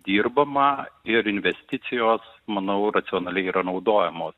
dirbama ir investicijos manau racionaliai yra naudojamos